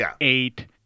eight